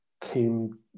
came